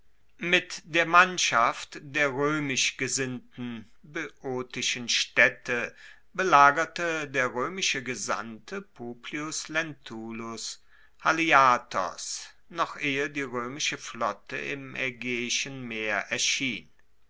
mit der mannschaft der roemisch gesinnten boeotischen staedte belagerte der roemische gesandte publius lentulus haliartos noch ehe die roemische flotte im aegaeischen meer erschien